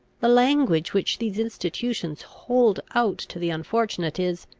the language which these institutions hold out to the unfortunate is,